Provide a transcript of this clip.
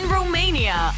Romania